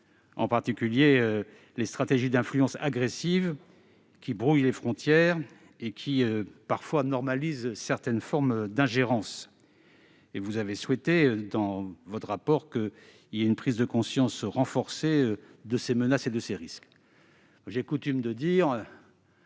en particulier les stratégies d'influence agressives, qui brouillent les frontières et, parfois, normalisent certaines formes d'ingérence. Vous avez souhaité, dans votre rapport, qu'il y ait une prise de conscience renforcée de ces menaces et de ces risques. J'ai coutume de dire